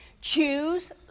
Choose